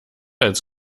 als